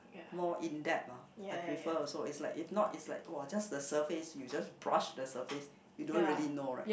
more in depth ah I prefer also it's like if not it's like just the surface you just brush the surface you don't really know right